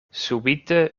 subite